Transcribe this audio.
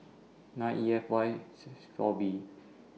nine E F Y six four B